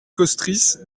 kostritz